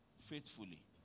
Faithfully